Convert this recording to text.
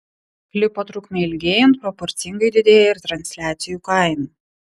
klipo trukmei ilgėjant proporcingai didėja ir transliacijų kaina